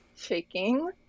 shaking